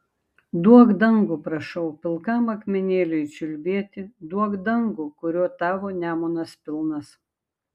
duok dangų prašau pilkam akmenėliui čiulbėti duok dangų kurio tavo nemunas pilnas